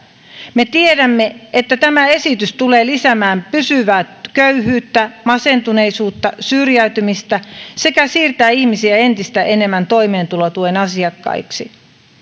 me tiedämme että tämä esitys tulee lisäämään pysyvää köyhyyttä masentuneisuutta syrjäytymistä sekä siirtää ihmisiä entistä enemmän toimeentulotuen asiakkaiksi